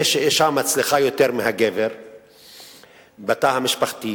זה שהאשה מצליחה יותר מהגבר בתא המשפחה.